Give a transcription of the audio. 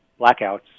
blackouts